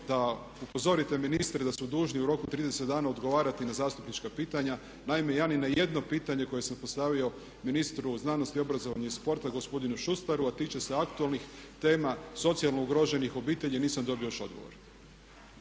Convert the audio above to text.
da upozorite ministre da su dužni u roku 30 dana odgovarati na zastupnička pitanja. Naime ja ni na jedno pitanje koje sam postavio ministru znanosti, obrazovanja i sporta gospodinu Šustaru a tiče se aktualnih tema socijalno ugroženih obitelji nisam dobio još odgovor.